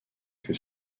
que